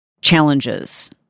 challenges